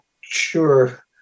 sure